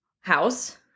house